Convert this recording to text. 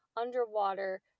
underwater